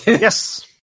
Yes